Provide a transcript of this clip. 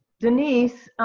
denise,